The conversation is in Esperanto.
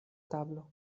tablo